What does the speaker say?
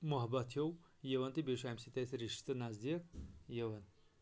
محبت ہیوٗ یِوان تہٕ بیٚیہِ چھِ ہٮ۪کَان اَمہِ سۭتۍ أسۍ رِشتہٕ نزدیٖک یِوان